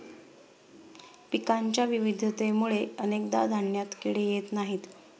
पिकांच्या विविधतेमुळे अनेकदा धान्यात किडे येत नाहीत